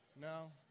No